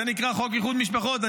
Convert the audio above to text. זה נקרא חוק איחוד משפחות.